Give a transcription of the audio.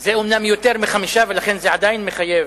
זה אומנם יותר מ-5, ולכן זה עדיין מחייב,